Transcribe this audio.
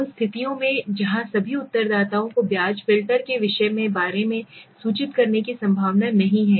उन स्थितियों में जहां सभी उत्तरदाताओं को ब्याज फिल्टर के विषय के बारे में सूचित करने की संभावना नहीं है